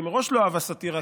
כי היא מראש לא אהבה סאטירה,